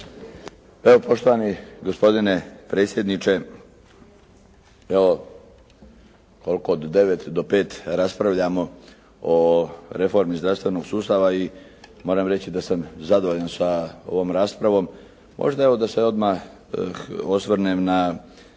Evo poštovani gospodine predsjedniče. Evo koliko od 9 do 5 raspravljamo o reformi zdravstvenog sustava i moram reći da sam zadovoljan sa ovom raspravom. Možda evo da se odmah osvrnem na